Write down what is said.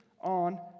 on